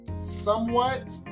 somewhat